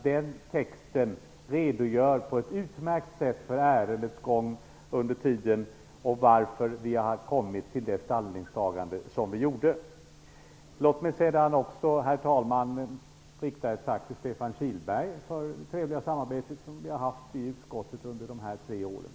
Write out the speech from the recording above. Den texten redogör på ett utmärkt sätt för ärendets gång under tiden och varför vi kommit till det ställningstagande som vi gjorde. Herr talman! Låt mig också rikta ett tack till Stefan Kihlberg för det trevliga samarbete som vi haft i utskottet under dessa tre år. Tack!